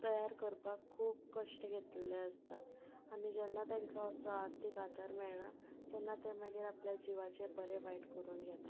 तयार करपाक खूब कश्ट घेतिल्ले आसतात आनी जेन्ना तांकां असो आर्थीक आदार मेळना तेन्ना ते मागीर आपल्या जिवाचें बरें वायट करून घेतात